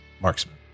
marksman